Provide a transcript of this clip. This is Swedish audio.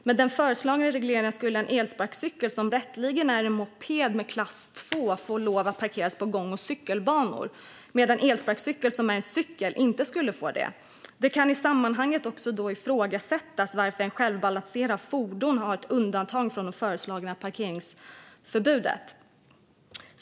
"Med den föreslagna regleringen skulle en elsparkcykel som rätteligen är en moped klass II få lov att parkeras på gång och cykelbanor medan en elsparkcykel som är en cykel inte får det . Det kan i sammanhanget också ifrågasättas varför självbalanserande fordon är undantagna från det föreslagna parkeringsförbudet."